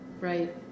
right